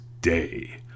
day